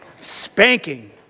Spanking